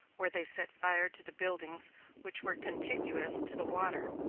where they set fire to the buildings which were contiguous to the water.